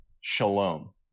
Shalom